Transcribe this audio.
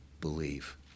believe